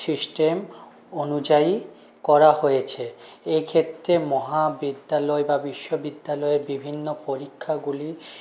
system অনুযায়ী করা হয়েছে এক্ষেত্রে মহাবিদ্যালয় বা বিশ্ববিদ্যালয়ের বিভিন্ন পরীক্ষাগুলি